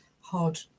hard